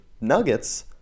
Nuggets